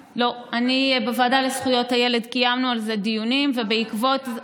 לא, קיימנו על זה דיונים בוועדה לזכויות הילד.